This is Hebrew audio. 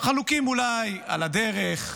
חלוקים אולי על הדרך,